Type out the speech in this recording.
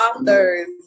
authors